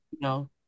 No